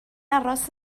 aros